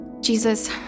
Jesus